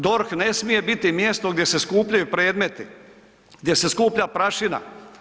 DORH ne smije biti mjesto gdje se skupljaju predmeti, gdje se skuplja prašina.